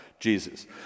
Jesus